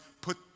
put